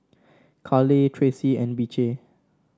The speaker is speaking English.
Kaleigh Tracy and Beecher